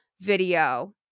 video